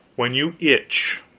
when you itch.